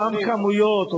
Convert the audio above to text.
אותן כמויות,